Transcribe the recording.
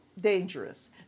dangerous